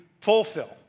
fulfill